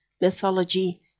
Mythology